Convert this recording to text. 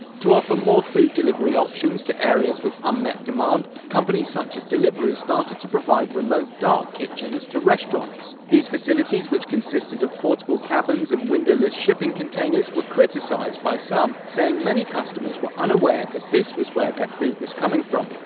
to offer more food delivery options to areas with unmet demand, companies such as deliveroo started to provide remote dark kitchens' to restaurants. these facilities, which consisted of portable cabins and windowless shipping containers were criticised by some, saying many customers were unaware that this was where their food was coming from.